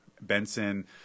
Benson